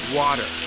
water